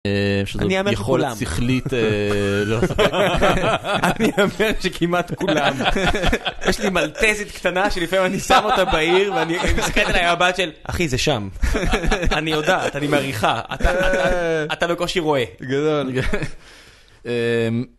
אה... שזו יכולת שכלית... אה... לא ספק... אני אומר שכמעט כולם... יש לי מלטזית קטנה שלפעמים אני שם אותה בעיר ואני... היא מסתכלת עליי במבט של... אחי זה שם... אני יודעת... אני מריחה... אתה... אתה... אתה... אתה בקושי רואה... גדול...